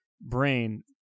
brain